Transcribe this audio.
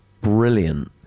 brilliant